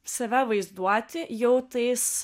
save vaizduoti jau tais